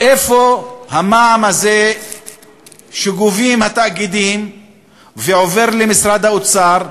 איפה המע"מ הזה שגובים התאגידים ועובר למשרד האוצר,